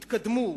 יתקדמו,